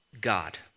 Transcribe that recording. God